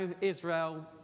Israel